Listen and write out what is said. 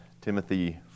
Timothy